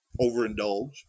overindulge